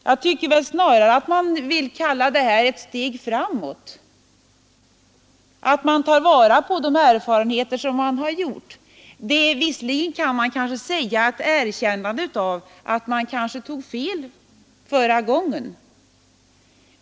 Jag tycker snarare att man vill kalla detta ett steg framåt. Man tar vara på de erfarenheter som gjorts. Visserligen kan det sägas vara ett erkännande av att man kanske tog fel förra gången.